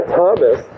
Thomas